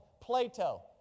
Plato